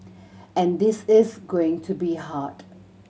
and this is going to be hard